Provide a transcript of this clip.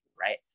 right